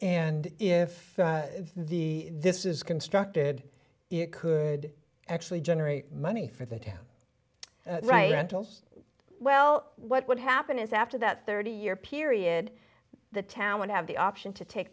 and if the this is constructed it could actually generate money for the town right well what would happen is after that thirty year period the town would have the option to take